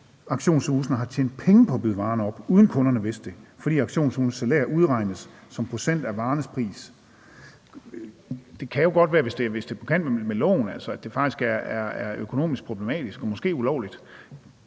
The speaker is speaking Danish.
auktionshusene har tjent penge på at byde varerne op, uden at kunderne vidste det, fordi auktionshusenes salærer udregnes som en procentdel af varernes pris. Det kan jo godt være, at det, hvis det er på kant med loven, faktisk ikke bare er økonomisk problematisk, men måske ulovligt.